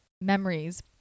memories